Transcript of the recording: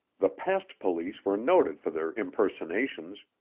the past police were noted for their impersonations,